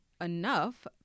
enough